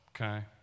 okay